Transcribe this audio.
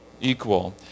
Equal